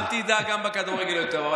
אל תדאג, גם בכדורגל הוא טוב.